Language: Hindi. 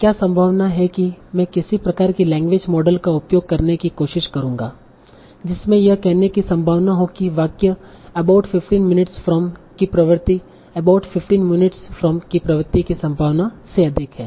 क्या संभावना है कि मैं किसी प्रकार की लैंग्वेज मॉडल का उपयोग करने की कोशिश करूंगा जिसमें यह कहने की संभावना हो कि वाक्य 'अबाउट 15 मिनट्स फ्रॉम' की प्रवृत्ति 'अबाउट 15 मिनुएट्स फ्रॉम' के प्रवृत्ति की संभावना से अधिक है